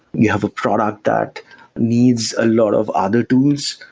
you have a product that needs a lot of other tools,